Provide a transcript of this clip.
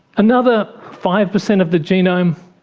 another five percent of the genome,